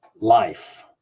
life